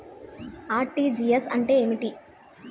RTGS అంటే ఏమిటి?